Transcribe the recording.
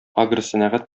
агросәнәгать